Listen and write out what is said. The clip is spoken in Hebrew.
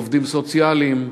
עובדים סוציאליים,